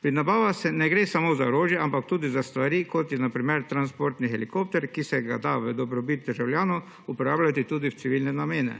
Pri nabavah ne gre samo za orožje, ampak tudi za stvari, kot je na primer transportni helikopter, ki se ga da v dobrobit državljanov uporabljati tudi v civilne namene.